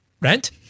rent